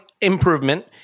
improvement